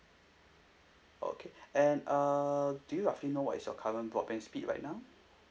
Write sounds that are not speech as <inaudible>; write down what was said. okay <breath> and uh do you roughly know what is your current broadband speed right now